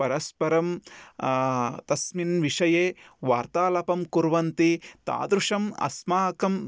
परस्परं तस्मिन् विषये वार्तालापं कुर्वन्ति तादृशम् अस्माकं